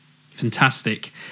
Fantastic